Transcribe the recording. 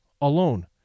alone